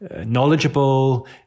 knowledgeable